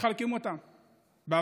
מחלקים אותה בוועדות,